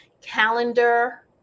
calendar